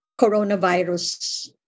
coronavirus